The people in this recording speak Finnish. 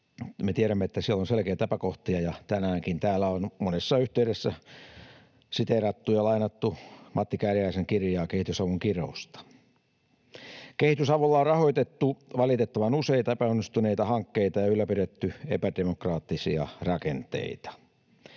Me tiedämme, että siellä on selkeitä epäkohtia, ja tänäänkin täällä on monessa yhteydessä siteerattu ja lainattu Matti Kääriäisen kirjaa Kehitysavun kirous. Kehitysavulla on rahoitettu valitettavan useita epäonnistuneita hankkeita ja ylläpidetty epädemokraattisia rakenteita.